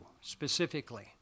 specifically